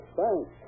thanks